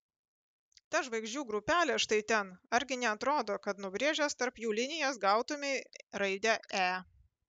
ta žvaigždžių grupelė štai ten argi neatrodo kad nubrėžęs tarp jų linijas gautumei raidę e